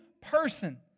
person